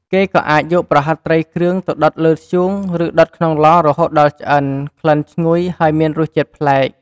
គេក៏អាចយកប្រហិតត្រីគ្រឿងទៅដុតលើធ្យូង ឬដុតក្នុងឡរហូតដល់ឆ្អិន ក្លិនឈ្ងុយ ហើយមានរសជាតិប្លែក។